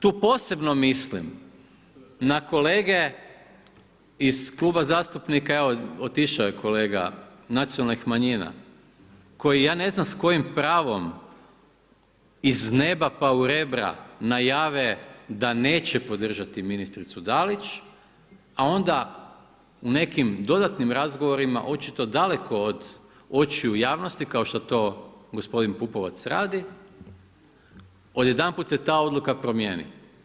Tu posebno mislim na kolege iz Kluba zastupnika, evo, otišao je kolega, nacionalnih manjina, koji ja ne znam s kojim pravom iz neba pa u rebra najave da neće podržati ministricu Dalić, a onda u nekim dodatnim razgovorima, očito daleko od očiju javnosti, kao što to gospodin Pupovac radi, odjedanput se ta odluka promjeni.